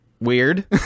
weird